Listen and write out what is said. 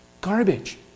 Garbage